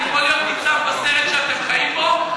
אני כל יום נמצא בסרט שאתם חיים בו.